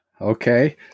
Okay